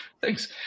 Thanks